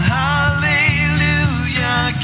hallelujah